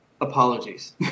apologies